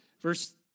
Verse